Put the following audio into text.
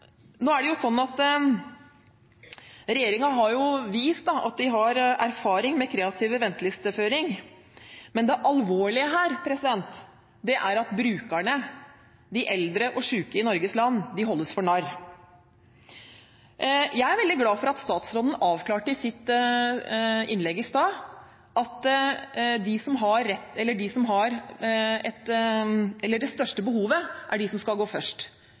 Nå har jo regjeringen vist at de har erfaring med kreativ ventelisteføring, men det alvorlige her er at brukerne, de eldre og syke i Norges land, holdes for narr. Jeg er veldig glad for at statsråden avklarte i sitt innlegg i stad at de som har det største behovet, er de som skal gå først,